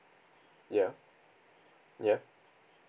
ya ya